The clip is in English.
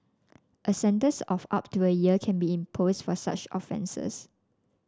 a sentence of up to a year can be for such offences